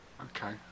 Okay